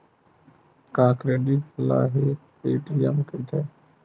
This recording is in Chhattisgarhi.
का क्रेडिट ल हि ए.टी.एम कहिथे?